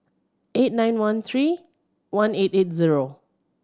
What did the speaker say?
eight nine one tree one eight eight zero